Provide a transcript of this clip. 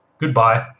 Goodbye